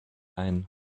ein